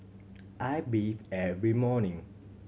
I bathe every morning